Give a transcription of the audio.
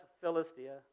Philistia